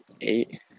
eight